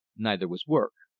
neither was work.